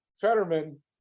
Fetterman